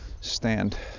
stand